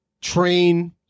train